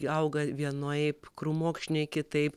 auga vienaip krūmokšniai kitaip